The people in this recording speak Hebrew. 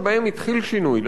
למשל כמו ברהט,